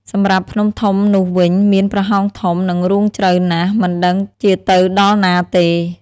សម្រាប់ភ្នំធំនោះវិញមានប្រហោងធំ និងរូងជ្រៅណាស់ មិនដឹងជាទៅដល់ណាទេ។